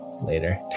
later